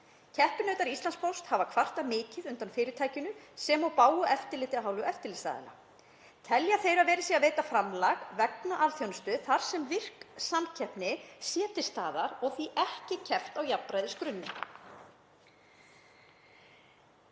Keppinautar Íslandspósts hafa kvartað mikið undan fyrirtækinu sem og bágu eftirliti af hálfu eftirlitsaðila. Telja þeir að verið sé að veita framlag vegna alþjónustu þar sem virk samkeppni sé til staðar og því ekki keppt á jafnræðisgrunni.